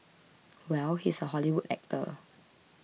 well he's a Hollywood actor